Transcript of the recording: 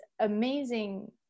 amazing